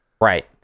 right